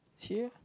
here